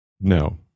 no